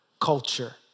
culture